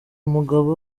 mugabo